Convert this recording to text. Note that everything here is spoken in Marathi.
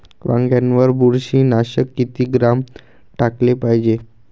वांग्यावर बुरशी नाशक किती ग्राम टाकाले पायजे?